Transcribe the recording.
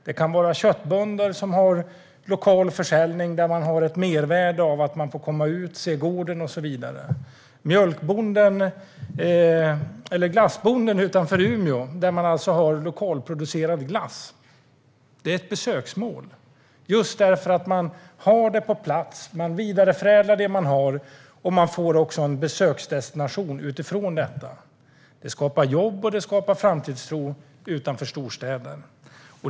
Det kan vara köttbönder som har lokal försäljning där man har ett mervärde av att människor får komma ut och se gården och så vidare. Hos Glassbonden utanför Umeå har man lokalproducerad glass. Det är ett besöksmål just därför att man har det på plats. Man vidareförädlar det man har, och man får också en besöksdestination utifrån detta. Det skapar jobb och framtidstro utanför storstäder.